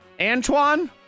Antoine